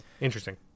Interesting